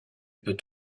peut